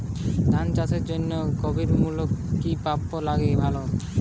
ধান চাষের জন্য গভিরনলকুপ কি পাম্প লাগালে ভালো?